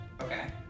Okay